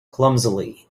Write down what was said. clumsily